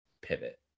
pivot